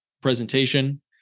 presentation